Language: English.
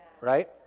right